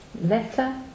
Letter